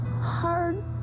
hard